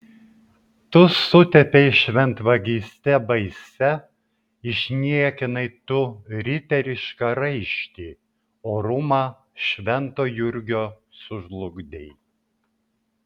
tu sutepei šventvagyste baisia išniekinai tu riterišką raištį orumą švento jurgio sužlugdei